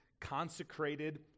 consecrated